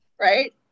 right